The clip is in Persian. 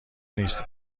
نیست